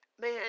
man